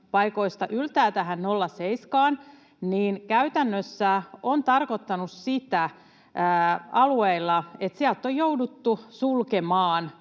paikoista yltää tähän 0,7:ään, niin käytännössä se on tarkoittanut alueilla sitä, että sieltä on jouduttu sulkemaan